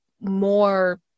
more